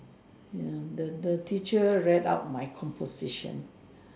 you know the the teacher read out my composition